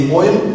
oil